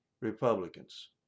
Republicans